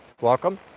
Welcome